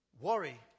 Worry